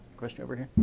question over here?